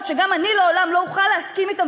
שגם אני לעולם לא אוכל להסכים אתן,